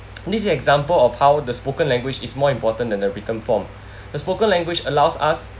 this example of how the spoken language is more important than the written form the spoken language allows us